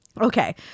Okay